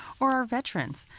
or are veterans.